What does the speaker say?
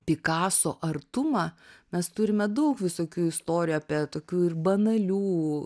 pikaso artumą mes turime daug visokių istorijų apie tokių ir banalių